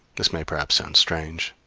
this may perhaps sound strange,